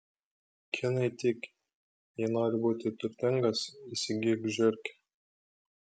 kinai tiki jei nori būti turtingas įsigyk žiurkę